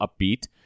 upbeat